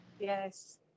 Yes